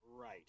Right